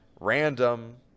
random